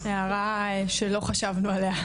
הערה שלא חשבנו עליה.